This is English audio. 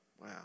Wow